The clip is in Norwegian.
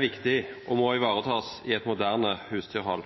viktig og må ivaretas i et moderne husdyrhold.